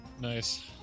Nice